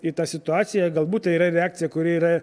į tą situaciją galbūt tai yra reakcija kuri yra